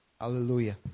Hallelujah